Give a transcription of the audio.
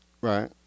Right